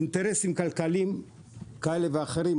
יש אינטרסים כלכליים כאלה ואחרים,